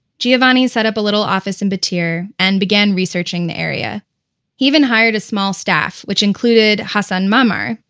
giovanni set up a little office in battir, and began researching the area. he even hired a small staff, which included hassan muamar,